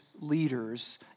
leaders